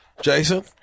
Jason